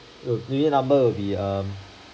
the serial number will be um